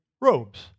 robes